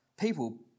people